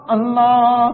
Allah